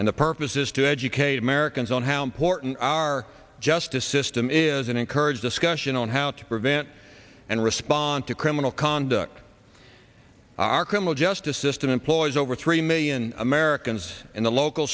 and the purpose is to educate americans on how important our justice system is and encourage discussion on how to prevent and respond to criminal conduct our criminal justice system employs over three million americans in the local